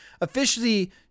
officially